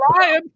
lying